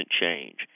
change